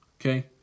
Okay